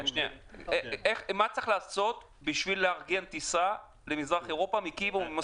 מה צריך לעשות כדי לארגן טיסה למזרח אירופה מקייב או ממוסקבה?